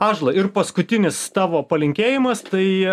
ąžuolai ir paskutinis tavo palinkėjimas tai